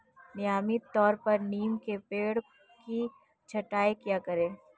नियमित तौर पर नीम के पेड़ की छटाई किया करो